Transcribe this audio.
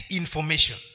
information